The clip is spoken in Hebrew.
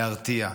להרתיע.